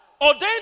Ordained